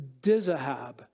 Dizahab